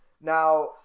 Now